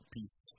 Peace